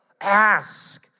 Ask